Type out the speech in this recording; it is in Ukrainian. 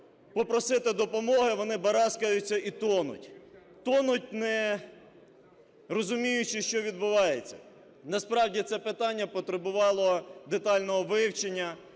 попросити допомоги, вони бараскаются і тонуть. Тонуть, не розуміючи, що відбувається. Насправді, це питання потребувало детального вивчення,